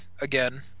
again